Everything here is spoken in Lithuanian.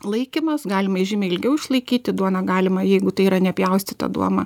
laikymas galima žymiai ilgiau išlaikyti duoną galima jeigu tai yra nepjaustyta duona